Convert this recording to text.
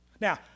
Now